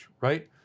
right